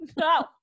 No